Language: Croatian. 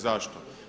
Zašto?